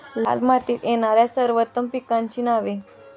लाल मातीत येणाऱ्या सर्वोत्तम पिकांची नावे?